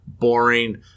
boring